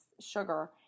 sugar